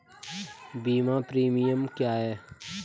बीमा प्रीमियम क्या है?